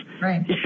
Right